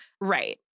Right